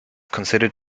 considered